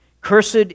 Cursed